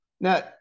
Now